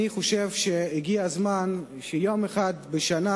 אני חושב שהגיע הזמן שיום אחד בשנה